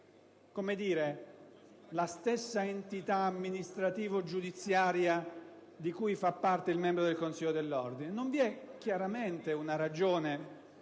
giudichi la stessa entità amministrativo-giudiziaria di cui fa parte il membro del Consiglio dell'ordine? Non vi è, chiaramente, la